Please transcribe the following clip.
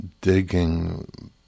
digging